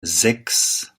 sechs